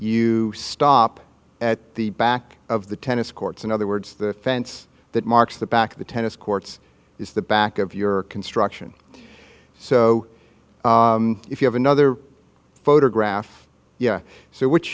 you stop at the back of the tennis courts in other words the fence that marks the back of the tennis courts is the back of your construction so if you have another photograph yeah so wh